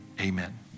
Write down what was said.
Amen